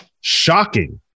shocking